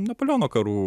napoleono karų